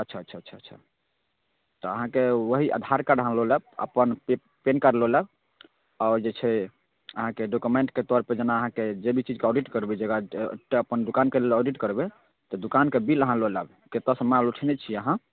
अच्छा अच्छा अच्छा अच्छा तऽ अहाँके ओही आधार कार्ड अहाँ लऽ लेब अपन पैन कार्ड लऽ लेब आओर जे छै अहाँके डोकुमेन्टके तौर पर जेना अहाँके जे भी चीजके ऑडिट करबै एकटा अपन दोकानके ऑडिट करबै दोकानके बिल अहाँ लऽ लाएब कतऽसँ माल उठेने छिए अहाँ